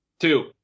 Two